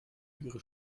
ihre